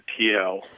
TL